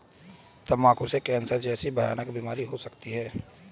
तंबाकू से कैंसर जैसी भयानक बीमारियां हो सकती है